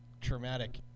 traumatic